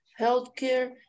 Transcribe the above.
healthcare